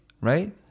right